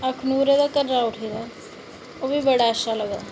अखनूरा धोड़ी उठदियां न ओह्बी बड़ा मज़ा औंदा